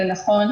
ונכון,